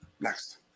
Next